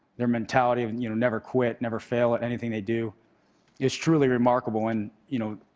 their mentality of and you know never quit, never fail at anything they do is truly remarkable and, you know,